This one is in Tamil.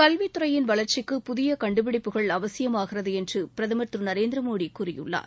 கல்வித்துறையின் வளர்ச்சிக்கு புதிய கண்டுபிடிப்புகள் அவசியமாகிறது என்று பிரதம் திரு நரேந்திரமோடி கூறியுள்ளார்